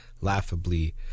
laughably